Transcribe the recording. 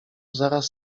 zaraz